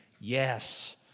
Yes